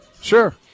sure